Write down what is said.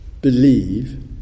believe